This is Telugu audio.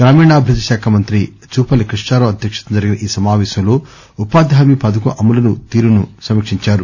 గ్రామీణాభివృద్ది శాఖా మంత్రి జుపల్లి కృష్ణారావు అధ్యక్షతన జరిగిన ఈ సమావేశంలో ఉపాధి హామీ పథకం అమలు తీరును సమీక్షించారు